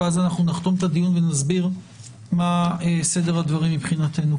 ואז נחתום את הדיון ונסביר מה סדר הדברים מבחינתנו.